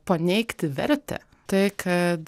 paneigti vertę tai kad